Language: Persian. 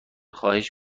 خواهش